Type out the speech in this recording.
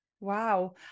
Wow